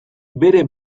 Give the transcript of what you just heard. bere